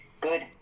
good